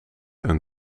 een